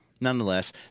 nonetheless